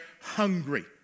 hungry